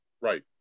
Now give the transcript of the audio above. right